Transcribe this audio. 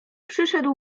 przyszedł